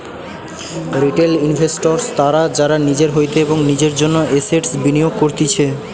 retail investors তারা যারা নিজের হইতে এবং নিজের জন্য এসেটস বিনিয়োগ করতিছে